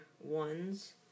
ones